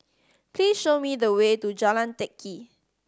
please show me the way to Jalan Teck Kee